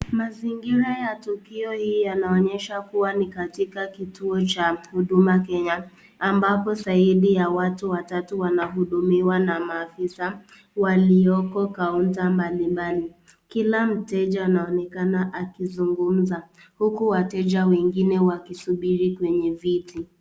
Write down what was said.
Mazingira ya tukio hii yanaonyesha kua ni katika kituo cha huduma Kenya ambapo zaidi ya watu watatu wanahudumiwa na maafisa walioko counter mbalimbali. Kila mteja anaonekana akizungumza huku wateja wengine wakisubiri kwenye viti.